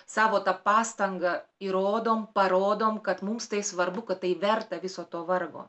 savo tą pastangą įrodom parodom kad mums tai svarbu kad tai verta viso to vargo